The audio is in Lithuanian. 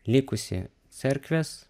likusi cerkvės